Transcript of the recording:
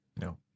no